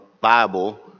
Bible